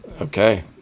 okay